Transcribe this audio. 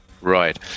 Right